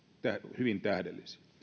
hyvin tähdellisiä